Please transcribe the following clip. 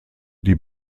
die